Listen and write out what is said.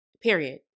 Period